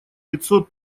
пятьсот